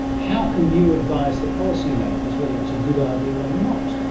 how can you advise the policy-makers whether it's a good idea or not?